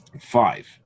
Five